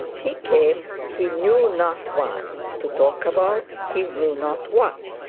he came he knew not why, to talk about he knew not what.